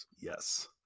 Yes